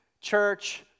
church